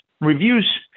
Reviews